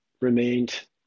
remained